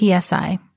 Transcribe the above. PSI